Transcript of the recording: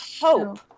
hope